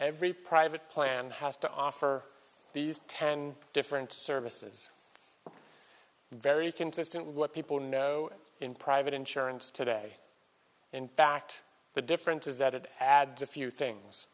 every private plan has to offer these ten different services very consistent with what people know in private insurance today in fact the difference is that it adds a few things